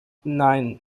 nein